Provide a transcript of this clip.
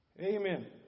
Amen